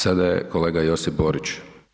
Sada je kolega Josip Borić.